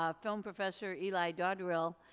ah film professor eli daughdrill,